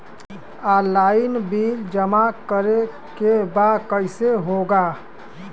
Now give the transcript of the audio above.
Online bill जमा करे के बा कईसे होगा?